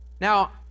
Now